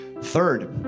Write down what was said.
Third